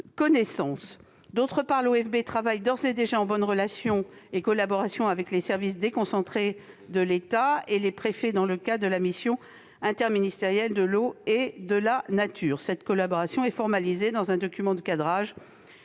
outre, il travaille déjà en bonne relation et collaboration avec les services déconcentrés de l'État et avec les préfets, dans le cadre de la mission interministérielle de l'eau et de la nature. Cette collaboration est formalisée dans un document de cadrage,